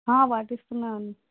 పాటిస్తున్నాం అండి